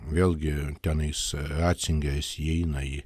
vėlgi tenais ratzingeris įeina į